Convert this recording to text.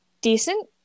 decent